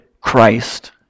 Christ